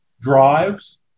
drives